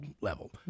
level